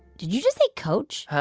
did you just say coach?